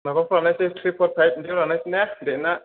माबाफ्राव लानायसै three four five इदिआव लानायसै ना डेटआ